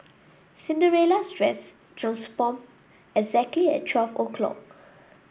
Cinderella's dress transformed exactly at twelve o'clock